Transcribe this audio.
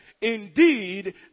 indeed